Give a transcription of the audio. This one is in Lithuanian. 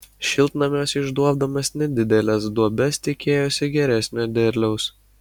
šiltnamiuose išduobdamas nedideles duobes tikėjosi geresnio derliaus